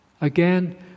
again